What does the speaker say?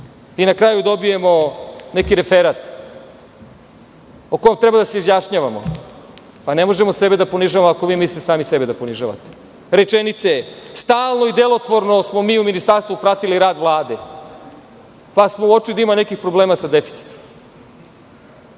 Na kraju dobijemo neki referat o kom treba da se izjašnjavamo. Pa ne možemo sebe da ponižavamo, ako vi mislite sami sebe da ponižavate. Rečenice - stalno i delotvorno smo mi u ministarstvu pratili rad Vlade, pa smo uočili da ima nekih problema sa deficitom. Hoćete